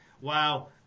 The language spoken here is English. Wow